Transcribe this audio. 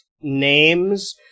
names